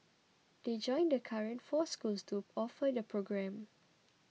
they join the current four schools to offer the programme